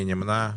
מי נמנע?